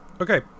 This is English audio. Okay